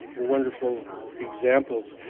ah wonderful examples.